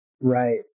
right